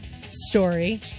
story